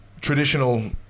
traditional